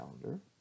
calendar